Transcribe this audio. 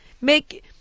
make